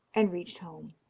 and reached home